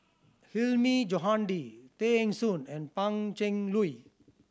Hilmi Johandi Tay Eng Soon and Pan Cheng Lui